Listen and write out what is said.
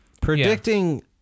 predicting